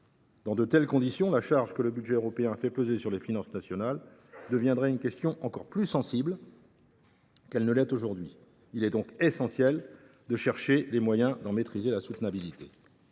Dans de telles conditions, la charge que le budget européen ferait peser sur les finances nationales deviendrait une question encore plus sensible qu’elle ne l’est aujourd’hui. Il est donc essentiel de chercher les moyens d’en maîtriser la soutenabilité.